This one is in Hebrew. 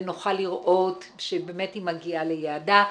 ונוכל לראות שבאמת היא מגיעה ליעדה.